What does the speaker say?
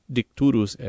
Dicturus